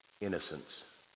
innocence